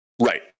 Right